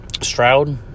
Stroud